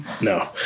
No